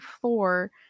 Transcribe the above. floor